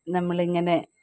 നമ്മളിങ്ങനെ